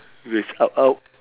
raise out out